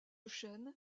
chaîne